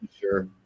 Sure